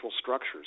structures